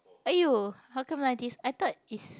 !aiyo! how come like this I thought is